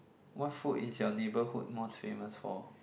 what food is your neighbourhood most famous for